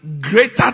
greater